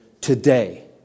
Today